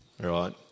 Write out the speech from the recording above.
right